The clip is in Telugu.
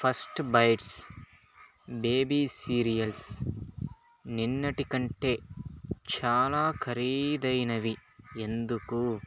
ఫస్ట్ బైట్స్ బేబీ సీరియల్స్ నిన్నటి కంటే చాలా ఖరీదైనవి ఎందుకు